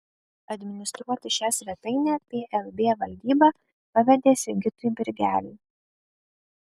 administruoti šią svetainę plb valdyba pavedė sigitui birgeliui